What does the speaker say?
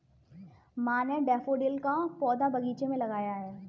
माँ ने डैफ़ोडिल का पौधा बगीचे में लगाया है